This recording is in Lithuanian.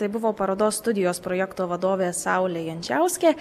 tai buvo parodos studijos projekto vadovė saulė jančiauskė